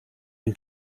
den